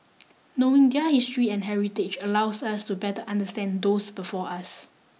knowing their history and heritage allows us to better understand those before us